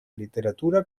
literatura